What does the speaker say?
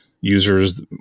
users